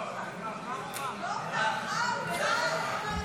הסתייגות 99 לחלופין א לא נתקבלה.